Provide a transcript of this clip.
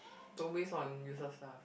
don't waste on uses lah